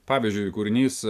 pavyzdžiui kūrinys